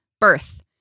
birth